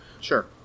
sure